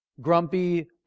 grumpy